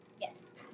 Yes